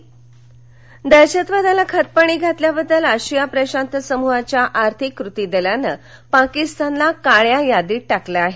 पाक काळ्या यादीत दहशतवादाला खतपाणी घातल्याबद्दल आशिया प्रशांत समुहाच्या आर्थिक कृती दलानं पाकिस्तानला काळ्या यादीत टाकलं आहे